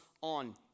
on